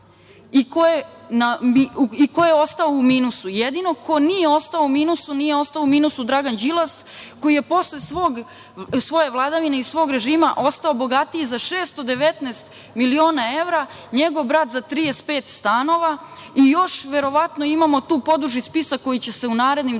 i ko je ostao u minusu. Jedino ko nije ostao u minusu, nije ostao u minusu Dragan Đilas, koji je posle svoje vladavine i svog režima ostao bogatiji za 619 miliona evra, njegov brat za 35 stanova i još verovatno tu imamo poduži spisak koji će se u narednim danima,